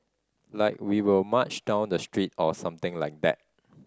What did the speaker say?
like we will march down the street or something like that